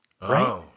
Right